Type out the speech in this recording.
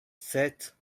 sept